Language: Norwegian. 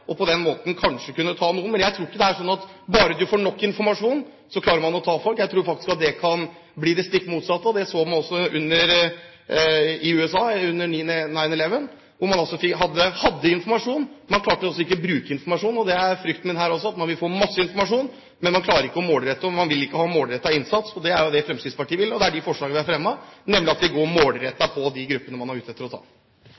og på den måten kanskje kunne ta noen. Men jeg tror ikke det er slik at bare man får nok informasjon, klarer man å ta folk. Jeg tror faktisk at det kan bli det stikk motsatte. Det så man også i USA etter 11. september, da man hadde informasjon, men man klarte ikke bruke informasjonen. Det er frykten min her også, at man vil få masse informasjon, men man klarer ikke å målrette, og man vil ikke ha målrettet innsats. Det er jo det Fremskrittspartiet vil, og det er det Fremskrittspartiet har fremmet forslag om, nemlig at vi går